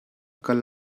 kal